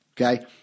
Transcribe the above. okay